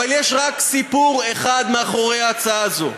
אבל יש רק סיפור אחד מאחורי ההצעה הזו,